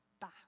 back